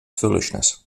foolishness